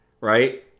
right